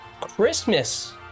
Christmas